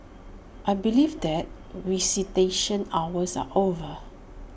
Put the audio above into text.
I believe that visitation hours are over